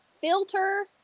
filter